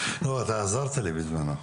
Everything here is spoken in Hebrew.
לא, אתה עזרת לי בזמנו.